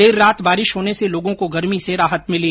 देर रात बारिश होने से लोगों को गर्मी से राहत मिली